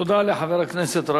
תודה לחבר הכנסת גאלב